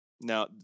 Now